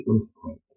Earthquake